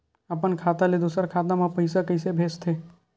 अपन खाता ले दुसर के खाता मा पईसा कइसे भेजथे?